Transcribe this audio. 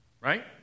right